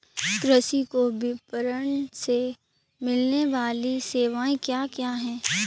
कृषि को विपणन से मिलने वाली सेवाएँ क्या क्या है